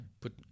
put